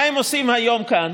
מה הם עושים היום כאן?